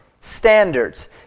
standards